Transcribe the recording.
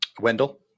Wendell